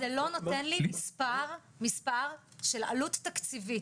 זה לא נותן לי מספר של עלות תקציבית.